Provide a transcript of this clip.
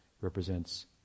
represents